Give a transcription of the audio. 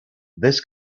this